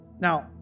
Now